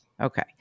Okay